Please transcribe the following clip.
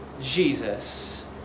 Jesus